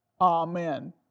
Amen